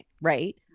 right